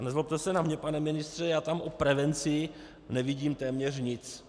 Nezlobte se na mě, pane ministře, já tam o prevenci nevidím téměř nic.